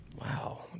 Wow